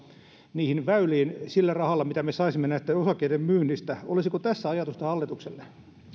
niihin väyliin sillä rahalla mitä me saisimme osakkeiden myynnistä olisiko tässä ajatusta hallitukselle